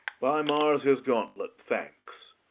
by mars his gauntlet, thanks!